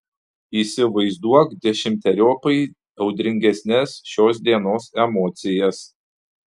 įsivaizduok dešimteriopai audringesnes šios dienos emocijas